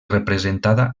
representada